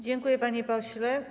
Dziękuję, panie pośle.